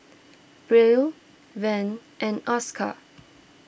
Brielle Vern and Oscar